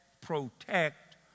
protect